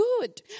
good